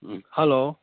hello